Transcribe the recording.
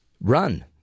Run